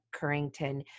Currington